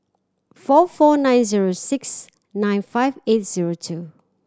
four four nine zero six nine five eight zero two